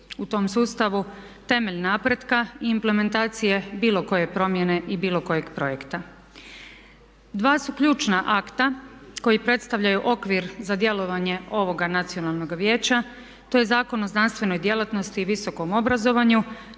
u tom sustavu temelj napretka i implementacije bilo koje promjene i bilo kojeg projekta. Dva su ključna akta koji predstavljaju okvir za djelovanje ovoga Nacionalnog vijeća. To je Zakon o znanstvenoj djelatnosti i visokom obrazovanju